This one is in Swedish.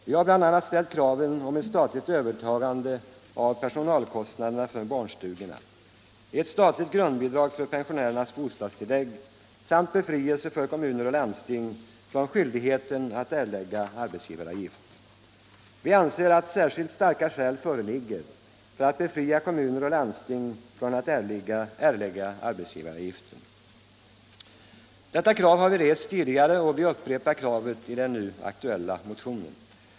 Vi har bl.a. ställt kravet om ett statligt övertagande av personalkostnaderna för barnstugorna, ett statligt grundbidrag för pensionärernas bostadstillägg samt befrielse för kommuner och landsting från skyldigheten att erlägga arbetsgivaravgift. Vi anser att särskilt starka skäl föreligger för att befria kommuner och landsting från att erlägga arbetsgivaravgift. Detta krav har vi rest tidigare och vi upprepar det i den nu aktuella motionen.